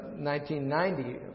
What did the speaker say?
1990